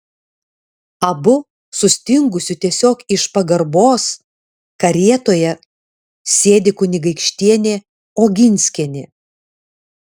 abu sustingusiu tiesiog iš pagarbos karietoje sėdi kunigaikštienė oginskienė